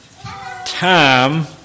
time